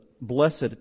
blessed